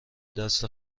دست